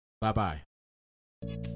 Bye-bye